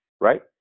right